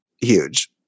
Huge